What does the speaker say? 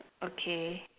okay